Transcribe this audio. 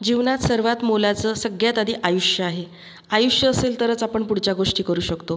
जीवनात सर्वांत मोलाचं सगळ्यात आधी आयुष्य आहे आयुष्य असेल तरच आपण पुढच्या गोष्टी करू शकतो